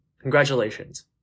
Congratulations